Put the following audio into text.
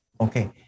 Okay